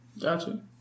Gotcha